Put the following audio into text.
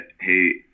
Hey